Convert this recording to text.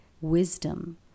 wisdom